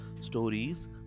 Stories